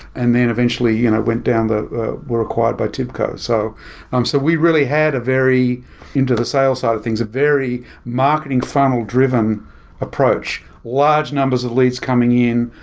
and then eventually you know went down the were acquired by tibco. so um so we really had a very into the sales side of things, a very marketing funnel-driven approach. large numbers of leads coming in,